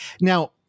Now